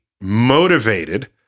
motivated